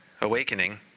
awakening